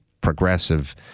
progressive